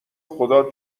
خدا